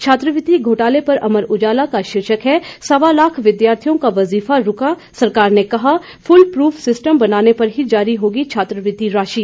छात्रवृति घोटाले पर अमर उजाला का शीर्षक है सवा लाख विद्यार्थियों का वजीफा रूका सरकार ने कहा फूलप्रूफ सिस्टम बनने पर ही जारी होगी छात्रवृति राशि